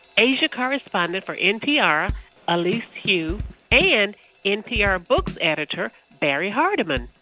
asia correspondent for npr elise hu and npr books editor barrie hardymon.